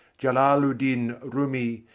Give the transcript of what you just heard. jalalu'ddin rumi,